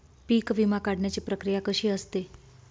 पीक विमा काढण्याची प्रक्रिया कशी असते?